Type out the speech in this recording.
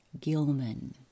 Gilman